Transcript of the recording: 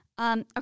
Okay